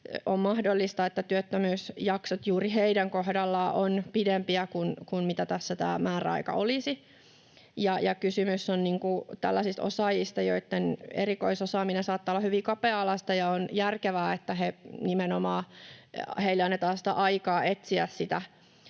on mahdollista, että työttömyysjaksot juuri heidän kohdallaan ovat pidempiä kuin mitä tässä tämä määräaika olisi. Kysymys on tällaisista osaajista, joitten erikoisosaaminen saattaa olla hyvin kapea-alaista, ja on järkevää, että nimenomaan heille annetaan sitä